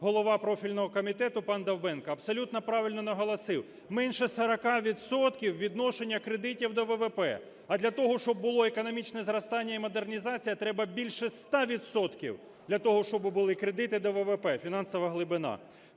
голова профільного комітету пан Довбенко. Абсолютно правильно наголосив: менше 40 відсотків відношення кредитів до ВВП. А для того, щоб було економічне зростання і модернізація, треба більше 100 відсотків, для того, щоби були кредити до ВВП, фінансова глибина.